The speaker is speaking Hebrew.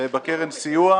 במסגרת הסיכום,